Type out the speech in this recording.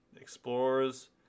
explorers